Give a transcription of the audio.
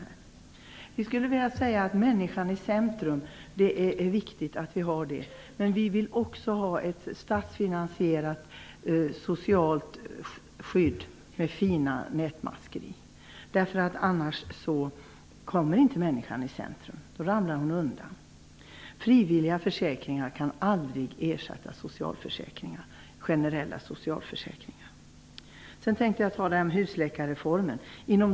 Det är viktigt att vi har människorna i centrum. Vi vill ha ett statsfinansierat socialt skydd med fina nätmaskor. Annars hamnar inte människan i centrum. Då ramlar hon undan. Frivilliga försäkringar kan aldrig ersätta generella socialförsäkringar. Sedan tänkte jag tala om husläkarreformen.